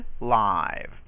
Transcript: live